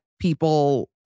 people